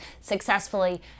successfully